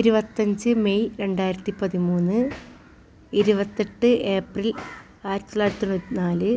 ഇരുപത്തഞ്ച് മെയ് രണ്ടായിരത്തി പതിമൂന്ന് ഇരുപത്തെട്ട് ഏപ്രിൽ ആരത്തി തൊള്ളായിരത്തി തൊണ്ണൂറ്റി നാല്